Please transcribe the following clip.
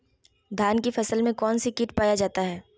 धान की फसल में कौन सी किट पाया जाता है?